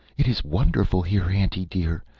it is wonderful here, aunty dear,